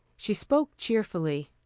she spoke cheerfully.